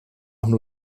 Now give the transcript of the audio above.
amb